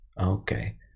okay